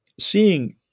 Seeing